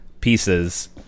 pieces